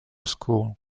school